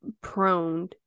prone